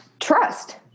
Trust